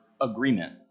agreement